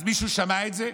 אז מישהו שמע את זה?